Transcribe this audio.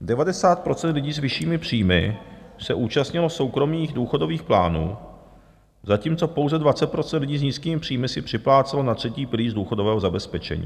Devadesát procent lidí s vyššími příjmy se účastnilo soukromých důchodových plánů, zatímco pouze 20 % lidí s nízkými příjmy si připlácelo na třetí pilíř důchodového zabezpečení.